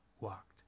walked